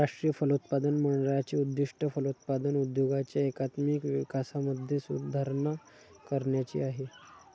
राष्ट्रीय फलोत्पादन मंडळाचे उद्दिष्ट फलोत्पादन उद्योगाच्या एकात्मिक विकासामध्ये सुधारणा करण्याचे आहे